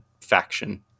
faction